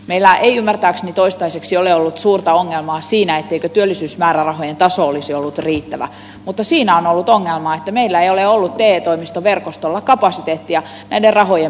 meillä ei ymmärtääkseni toistaiseksi ole ollut suurta ongelmaa siinä etteikö työllisyysmäärärahojen taso olisi ollut riittävä mutta siinä on ollut ongelmaa että meillä ei ole ollut te toimistoverkostolla kapasiteettia näiden rahojen myöntämiseen